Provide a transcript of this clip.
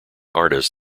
artists